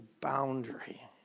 boundary